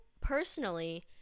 personally